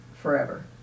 forever